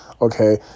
okay